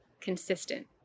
consistent